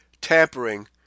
tampering